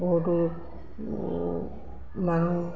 বহুতো মানুহ